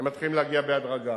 הם מתחילים להגיע בהדרגה,